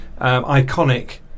iconic